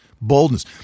Boldness